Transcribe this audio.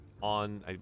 on